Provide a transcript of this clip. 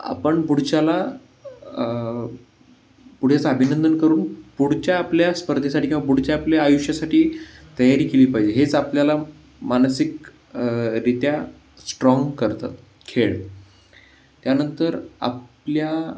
आपण पुढच्याला अभिनंदन करून पुढच्या आपल्या स्पर्धेसाठी किंवा पुढच्या आपल्या आयुष्यासाठी तयारी केली पाहिजे हेच आपल्याला मानसिक रित्या स्ट्राँग करतात खेळ त्यानंतर आपल्या